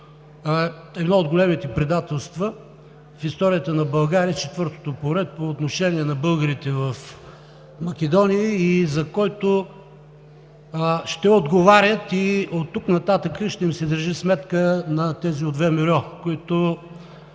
едно от големите предателства – в историята на България четвъртото поред по отношение на българите в Македония, за който ще отговарят и оттук нататък ще им се държи сметка на тези от ВМРО, които